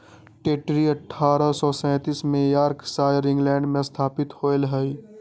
Tetley अठ्ठारह सौ सैंतीस में यॉर्कशायर, इंग्लैंड में स्थापित होलय हल